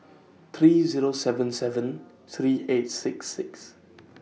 three Zero seven seven three eight six six